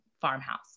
farmhouse